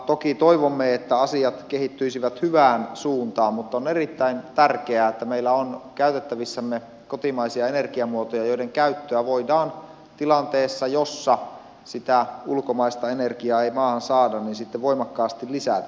toki toivomme että asiat kehittyisivät hyvään suuntaan mutta on erittäin tärkeää että meillä on käytettävissämme kotimaisia energiamuotoja joiden käyttöä voidaan tilanteessa jossa sitä ulkomaista energiaa ei maahan saada sitten voimakkaasti lisätä